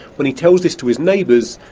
when he tells this to his neighbours,